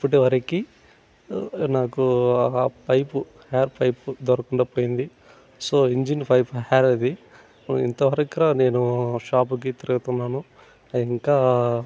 ఇప్పటివరకి నాకు ఆ pipe air pipe దొరకకుండా పోయింది సో ఇంజిన్ పైపు ఎయిర్ అది ఇంతవరకి నేను షాప్కి తిరుగుతున్నాను అది ఇంకా